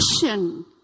passion